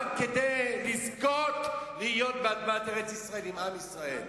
רק כדי לזכות להיות באדמת ארץ-ישראל עם עם ישראל.